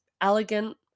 elegant